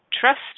trust